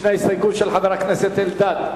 ישנה הסתייגות של חבר הכנסת אלדד.